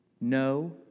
No